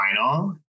final